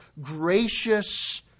gracious